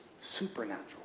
supernatural